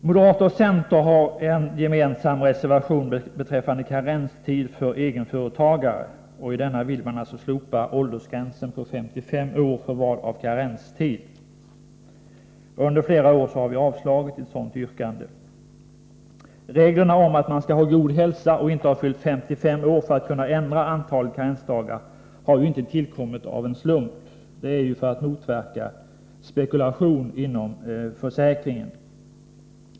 Moderaterna och centern har en gemensam reservation beträffande karenstid för egenföretagare. I denna vill man slopa åldersgränsen på 55 år för val av karenstid. Under flera år har riksdagen avslagit ett sådant yrkande. Reglerna om att man skall ha god hälsa och inte ha fyllt 55 år för att kunna ändra antalet karensdagar har inte tillkommit av en slump utan för att motverka spekulation inom försäkringen.